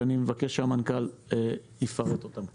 שאני מבקש שהמנכ"ל יפרט אותן קצת.